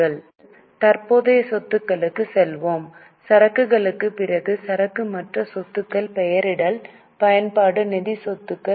இப்போது தற்போதைய சொத்துகளுக்குச் செல்வோம் சரக்குகளுக்குப் பிறகு சரக்கு மற்ற சொத்துக்கள் பெயரிடல் பயன்பாடு நிதி சொத்துக்கள்